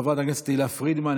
חברת הכנסת תהלה פרידמן,